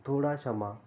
ਥੋੜ੍ਹਾ ਸਮਾਂ